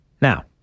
Now